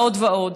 ועוד ועוד.